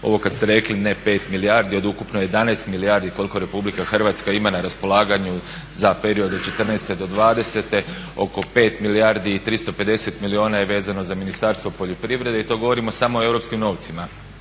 Ovo kad ste rekli ne 5 milijardi od ukupno 11 milijardi koliko RH ima na raspolaganju za period od 2014. do 2020. oko 5 milijardi i 350 milijuna je vezano za Ministarstvo poljoprivrede i to govorimo samo o europskim novcima.